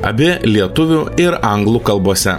abi lietuvių ir anglų kalbose